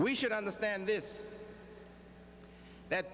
we should understand this that